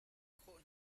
khawh